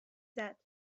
that